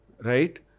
right